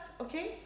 okay